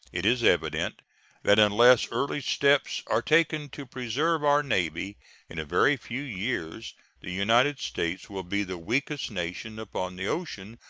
it is evident that unless early steps are taken to preserve our navy in a very few years the united states will be the weakest nation upon the ocean,